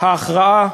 עמדה ההכרעה,